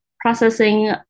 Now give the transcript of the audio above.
processing